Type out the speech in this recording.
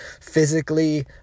physically